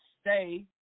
stay